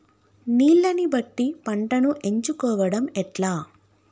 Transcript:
నీళ్లని బట్టి పంటను ఎంచుకోవడం ఎట్లా?